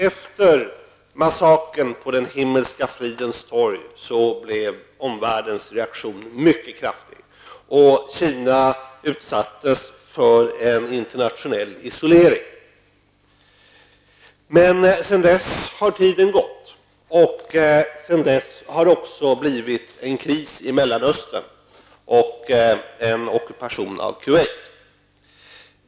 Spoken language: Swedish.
Efter massakern på den Himmelska fridens Torg blev ju omvärldens reaktion mycket kraftig och Kina utsattes för en internationell isolering. Men sedan dess har tiden gått det har blivit en kris i Mellanöstern och en ockupation av Kuwait.